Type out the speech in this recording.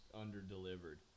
under-delivered